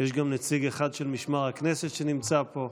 אחד של משמר הכנסת שנמצא פה.